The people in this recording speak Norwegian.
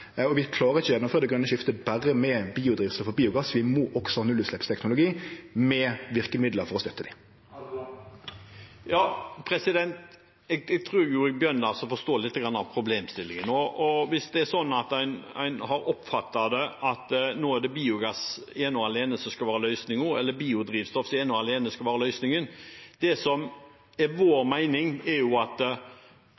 og vi klarer ikkje å gjennomføre det grøne skiftet berre med biodrivstoff og biogass. Vi må også ha nullutsleppsteknologi med verkemiddel for å støtte dei. Jeg tror jeg begynner å forstå litt av problemstillingen nå, hvis det er sånn at en har oppfattet at nå er det ene og alene biogass eller ene og alene biodrivstoff som skal være løsningen. Det som er vår